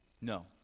No